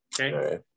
Okay